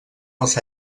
els